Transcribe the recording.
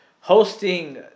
hosting